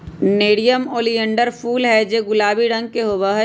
nerium oleander फूल हैं जो गुलाबी रंग के होबा हई